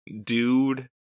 dude